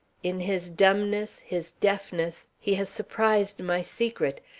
in his dumbness, his deafness, he has surprised my secret,